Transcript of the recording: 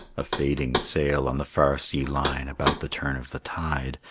a fading sail on the far sea-line, about the turn of the tide,